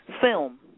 film